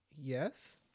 Yes